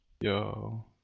Yo